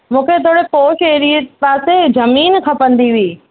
मूंखे थोरो पोश एरिये पासे ज़मीन खपंदी हुई